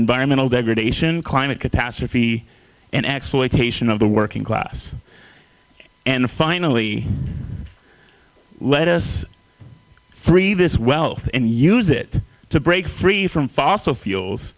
environmental degradation climate catastrophe and exploitation of the working class and finally let us free this wealth and use it to break free from fossil fuels